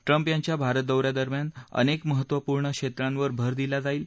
Trump यांच्या भारत दौन्यादरम्यान अनेक महत्त्वपूर्ण क्षेत्रांवर भर दिला जाईल